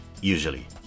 usually